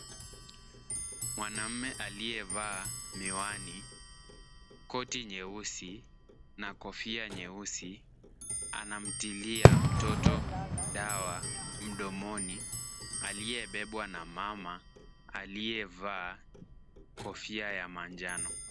Mwanamme aliyevaa miwani, koti nyeusi na kofia nyeusi, anamtilia mtoto dawa mdomoni, aliyebebwa na mama aliyevaa kofia ya manjano.